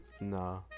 Nah